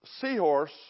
seahorse